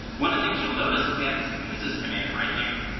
one of things you'll notice is we have this uses command right here.